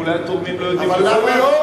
אולי התורמים לא יודעים למי הם תורמים.